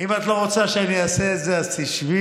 אם את לא רוצה שאני אעשה את זה אז תשבי,